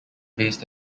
based